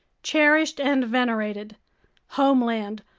cherished, and venerated homeland,